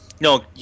No